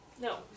No